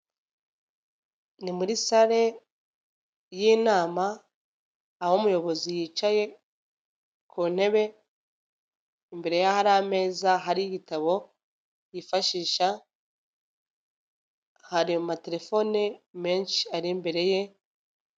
Ni muri salle y'inama aho umuyobozi yicaye ku ntebe, imbere ye hari ameza, hari igitabo yifashisha hari amatelefone menshi ari imbere ye.